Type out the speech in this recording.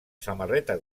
samarreta